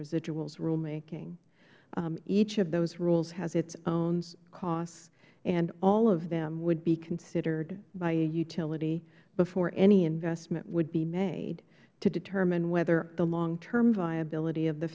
residuals rulemaking each of those rules has its own costs and all of them would be considered by a utility before any investment would be made to determine whether the longterm viability of the